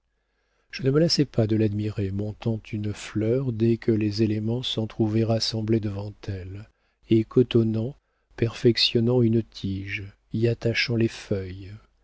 je ne me lassais pas de l'admirer montant une fleur dès que les éléments s'en trouvaient rassemblés devant elle et cotonnant perfectionnant une tige y attachant les feuilles